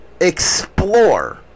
explore